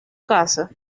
casa